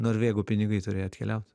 norvegų pinigai turėjo atkeliaut